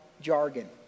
jargon